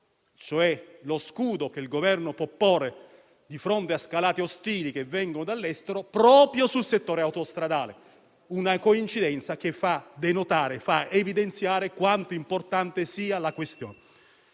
cioè lo scudo che il Governo può porre di fronte a scalate ostili che vengono dall'estero, proprio sul settore autostradale; una coincidenza che denota ed evidenzia quanto importante sia la questione.